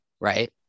right